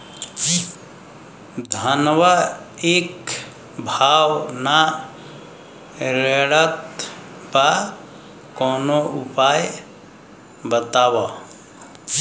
धनवा एक भाव ना रेड़त बा कवनो उपाय बतावा?